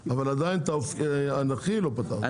אבל עדיין את האנכי לא פתרת,